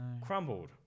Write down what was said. Crumbled